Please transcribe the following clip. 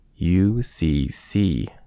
UCC